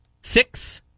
Six